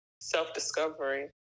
self-discovery